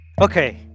Okay